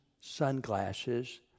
sunglasses